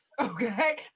okay